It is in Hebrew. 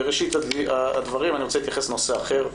בראשית הדברים אני רוצה להתייחס לנושא אחר.